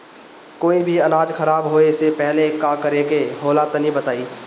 कोई भी अनाज खराब होए से पहले का करेके होला तनी बताई?